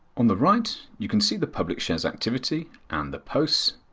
on the right, you can see the public shares activity and the post,